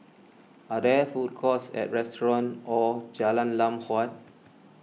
are there food courts and restaurants or Jalan Lam Huat